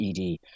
ED